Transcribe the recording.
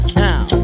now